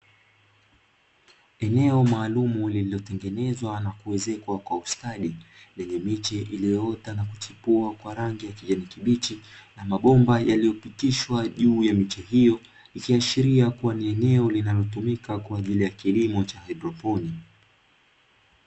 Eneo maalumu liliotengenezwa na kuezekwa kwa ustadi, lenye miche iliyoota na kuchipua kwa rangi ya kijani kibichi, na mabomba yaliyopitishwa juu ya miche hiyo. Ikiashiria kuwa ni eneo linalotumika kwa ajili ya kilimo cha haidroponi.